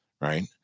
right